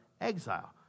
exile